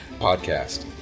podcast